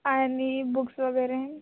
आणि बुक्स वगैरे